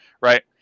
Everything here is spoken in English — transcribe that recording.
right